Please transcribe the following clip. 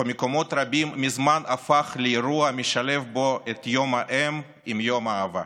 ובמקומות רבים מזמן הפך לאירוע המשלב בו את יום האם עם יום האהבה.